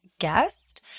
guest